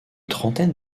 trentaine